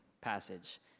passage